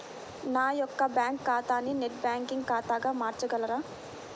నా యొక్క బ్యాంకు ఖాతాని నెట్ బ్యాంకింగ్ ఖాతాగా మార్చగలరా?